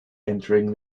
entering